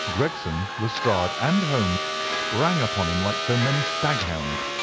gregson, lestrade, and holmes sprang upon him like so many staghounds.